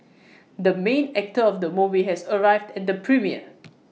the main actor of the movie has arrived at the premiere